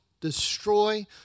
Destroy